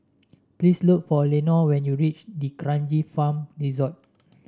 please look for Lenore when you reach D'Kranji Farm Resort